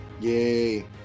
Yay